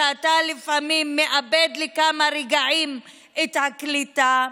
שאתה לפעמים מאבד לכמה רגעים את הקליטה,